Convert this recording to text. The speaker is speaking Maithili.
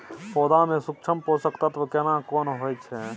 पौधा में सूक्ष्म पोषक तत्व केना कोन होय छै?